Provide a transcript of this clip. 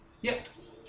Yes